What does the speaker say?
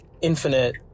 infinite